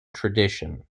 tradition